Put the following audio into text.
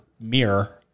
mirror